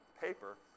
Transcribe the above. paper